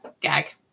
gag